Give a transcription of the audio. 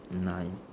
nine